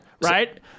Right